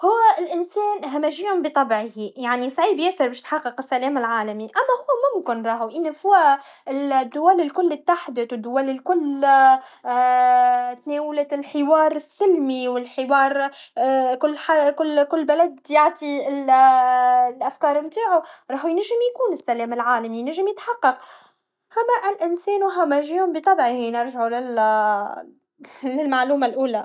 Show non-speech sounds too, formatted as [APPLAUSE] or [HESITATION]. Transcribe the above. هو الانسان همجي بطبعه يعني صعيب ياسر باه تحقق السلام العالمي اما هو ممكن راهو اين فوا الدول الكل اتحدت و الدول لكل [HESITATION] تناولت الحوار السلمي و الحوار الكل كل بلد يعطي [HESITATION] الأفكار نتاعو راهو ينجم يكون السلام العالمي ينجم يتحقق اما الانسان همجي بطبعه نرجعو ل [LAUGHS] للمعلومه الاولى